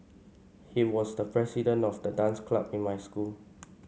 he was the president of the dance club in my school